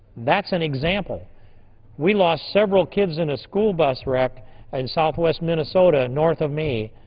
that's an example we lost several kids in a school bus wreck in southwest minnesota, north of me,